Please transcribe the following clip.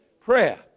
prayer